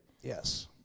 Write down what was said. Yes